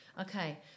okay